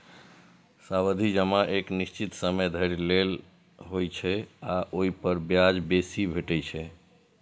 सावधि जमा एक निश्चित समय धरि लेल होइ छै आ ओइ पर ब्याज बेसी भेटै छै